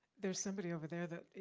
there's somebody over there that,